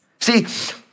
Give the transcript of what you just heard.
See